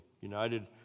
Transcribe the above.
United